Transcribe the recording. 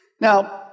Now